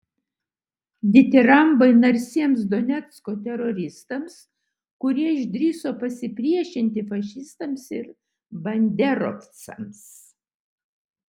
ditirambai narsiems donecko teroristams kurie išdrįso pasipriešinti fašistams ir banderovcams